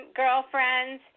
girlfriends